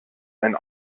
ein